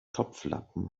topflappen